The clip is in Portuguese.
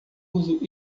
uso